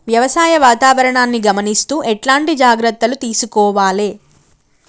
వ్యవసాయ వాతావరణాన్ని గమనిస్తూ ఎట్లాంటి జాగ్రత్తలు తీసుకోవాలే?